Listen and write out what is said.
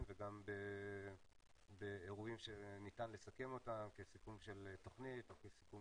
וגם באירועים שניתן לסכם אותם כסיכום של תוכנית או כסיכום